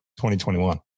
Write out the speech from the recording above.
2021